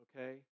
okay